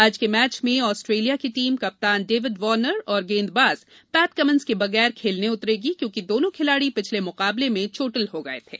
आज के मैच में ऑस्ट्रेलिया की टीम कप्तान डेविड वार्नर और गेंदबाज पैट कमिंस के बगैर खेलने उतरेगी क्योंकि दोनों खिलाड़ी पिछले म्काबले में चोटिल हो गये थे